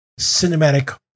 cinematic